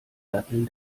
datteln